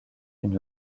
une